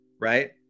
right